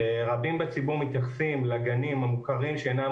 רבים בציבור מתייחסים לגנים המוכרים שאינם